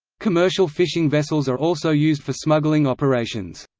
commercial fishing vessels are also used for smuggling operations.